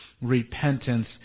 repentance